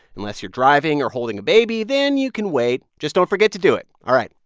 unless you're driving or holding a baby. then you can wait. just don't forget to do it. all right,